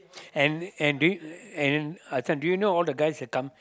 and and do you and do you know all the guys will come